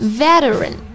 veteran